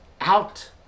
out